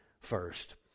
first